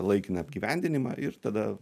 laikiną apgyvendinimą ir tada